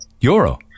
euro